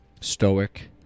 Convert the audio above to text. stoic